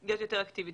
להיות יותר אקטיבית.